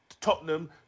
Tottenham